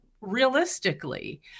realistically